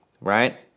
right